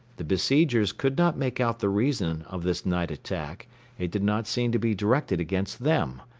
the besiegers could not make out the reason of this night attack it did not seem to be directed against them.